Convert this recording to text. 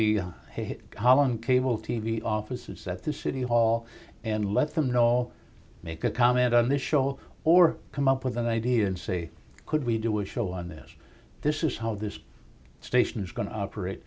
column cable t v offices at the city hall and let them know make a comment on this show or come up with an idea and say could we do a show on this this is how this station is going operate